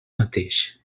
mateix